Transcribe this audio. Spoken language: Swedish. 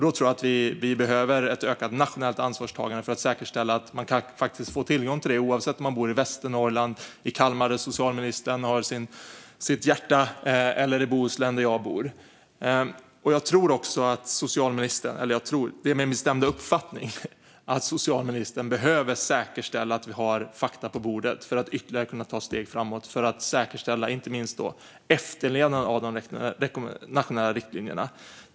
Då tror jag att vi behöver ett ökat nationellt ansvarstagande för att säkerställa att man får tillgång till detta, oavsett om man bor i Västernorrland, i Kalmar, där socialministern har sitt hjärta, eller i Bohuslän, där jag bor. Det är min bestämda uppfattning att socialministern behöver säkerställa att vi har fakta på bordet för att kunna ta ytterligare steg framåt. Det gäller inte minst efterlevnaden av de nationella riktlinjerna.